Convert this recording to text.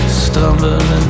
stumbling